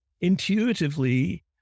Intuitively